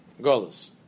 Golas